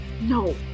No